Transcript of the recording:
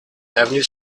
avenue